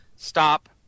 Stop